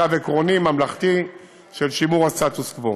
קו עקרוני ממלכתי של שימור הסטטוס-קוו,